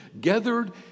gathered